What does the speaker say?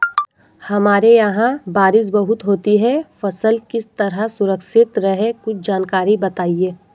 हमारे यहाँ बारिश बहुत होती है फसल किस तरह सुरक्षित रहे कुछ जानकारी बताएं?